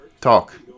talk